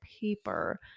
paper